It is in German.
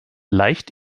leicht